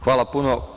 Hvala puno.